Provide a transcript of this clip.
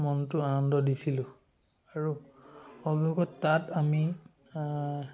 মনটো আনন্দ দিছিলোঁ আৰু অনবৰত তাত আমি